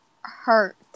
hurt